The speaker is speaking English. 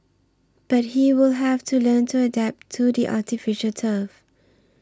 but he will have to learn to adapt to the artificial turf